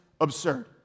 absurd